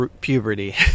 puberty